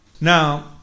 now